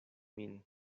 min